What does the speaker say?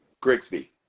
Grigsby